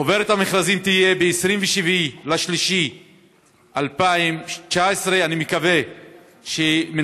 חוברת המכרזים תהיה ב-27 במרס 2019. אני מקווה שמינהל